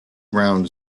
round